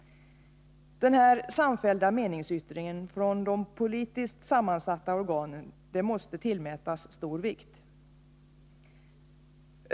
Denna samfällda meningsyttring från de politiskt sammansatta organen måste tillmätas stor vikt.